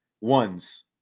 ones